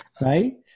right